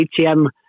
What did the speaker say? ATM